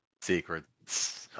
Secrets